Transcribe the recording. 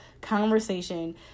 conversation